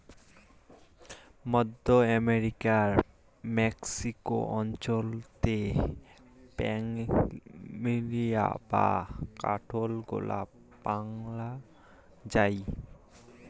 মধ্য আমেরিকার মেক্সিকো অঞ্চলাতে প্ল্যামেরিয়া বা কাঠগোলাপ পায়ং যাই